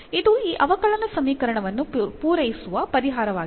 ಇದು ಈ ಅವಕಲನ ಸಮೀಕರಣವನ್ನು ಪೂರೈಸುವ ಪರಿಹಾರವಾಗಿದೆ